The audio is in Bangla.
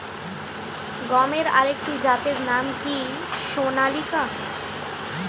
গমের আরেকটি জাতের নাম কি সোনালিকা?